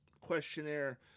questionnaire